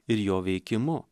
ir jo veikimu